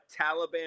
Taliban